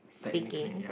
speaking